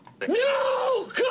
No